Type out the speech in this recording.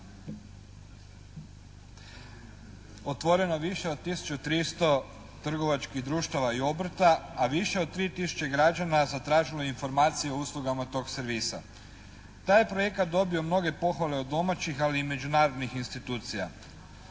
otvoreno više od 1300 trgovačkih društava i obrta, a više od 3000 građana zatražilo je informacije o uslugama tog servisa. Taj je projekat dobio mnoge pohvale od domaćih ali i međunarodnih institucija.